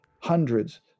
hundreds